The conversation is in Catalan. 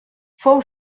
fou